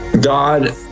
God